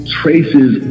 traces